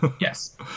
Yes